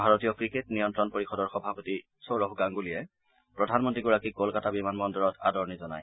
ভাৰতীয় ক্ৰিকেট নিয়ন্ত্ৰণ পৰিষদৰ সভাপতি সৌৰভ গাংগুলীয়ে প্ৰধানমন্ত্ৰী গৰাকীক কলকাতা বিমানবন্দৰত আদৰণী জনায়